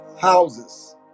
houses